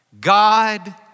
God